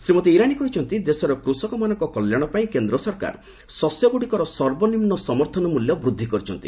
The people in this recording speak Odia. ଶ୍ରୀମତୀ ଇରାନୀ କହିଛନ୍ତି ଦେଶର କୃଷକମାନଙ୍କ କଲ୍ୟାଣ ପାଇଁ କେନ୍ଦ୍ର ସରକାର ଶସ୍ୟଗୁଡ଼ିକର ସର୍ବନିମୁ ସମର୍ଥନ ମୂଲ୍ୟ ବୃଦ୍ଧି କରିଛନ୍ତି